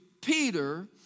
Peter